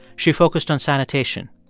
she focused on sanitation.